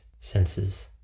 senses